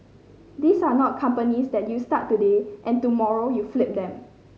these are not companies that you start today and tomorrow you flip them